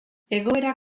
egoera